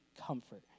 comfort